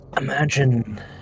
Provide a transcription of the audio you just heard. Imagine